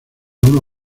una